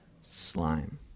Slime